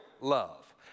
love